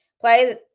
play